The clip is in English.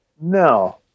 No